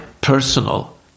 personal